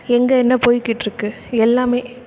எங்கே என்ன போய்க்கிட்டிருக்கு எல்லாமே